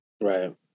Right